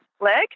leg